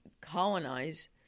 colonize